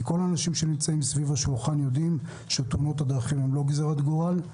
כל האנשים שנמצאים סביב השולחן יודעים שתאונות דרכים הן לא גזרת גורל.